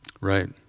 Right